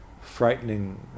frightening